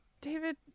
David